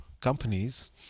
companies